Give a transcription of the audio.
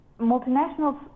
Multinationals